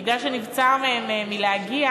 שנבצר מהם להגיע.